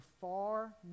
far